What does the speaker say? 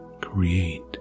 Create